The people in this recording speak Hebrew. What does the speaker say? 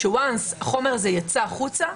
ברגע שהחומר הזה יצא החוצה,